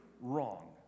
wrong